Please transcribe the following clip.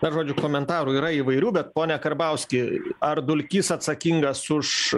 na žodžiu komentarų yra įvairių bet pone karbauski ar dulkys atsakingas už